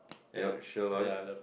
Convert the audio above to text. you not sure Lloyd